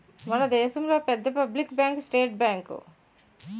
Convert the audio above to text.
మన దేశంలో పెద్ద పబ్లిక్ బ్యాంకు స్టేట్ బ్యాంకు